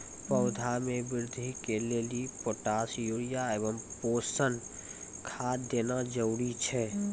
पौधा मे बृद्धि के लेली पोटास यूरिया एवं पोषण खाद देना जरूरी छै?